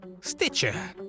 Stitcher